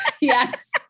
Yes